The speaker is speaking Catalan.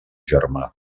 germà